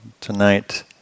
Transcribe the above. tonight